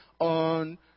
on